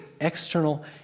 external